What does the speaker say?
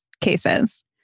cases